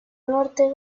norte